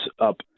up